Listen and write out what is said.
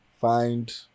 find